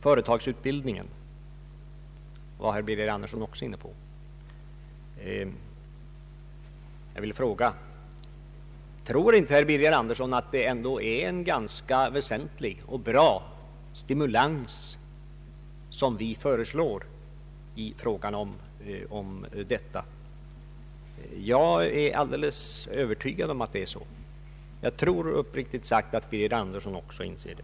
Herr Birger Andersson var också inne på frågan om företagsutbildningen. Tror inte herr Andersson att det ändå är en ganska väsentlig och bra stimulans som vi föreslår i det sammanhanget. Jag är alldeles övertygad om att det är så. Jag tror uppriktigt sagt att även herr Birger Andersson inser det.